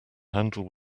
handle